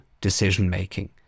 decision-making